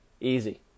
easy